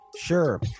Sure